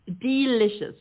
delicious